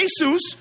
Jesus